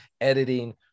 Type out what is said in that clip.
editing